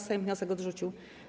Sejm wniosek odrzucił.